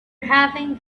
having